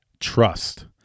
trust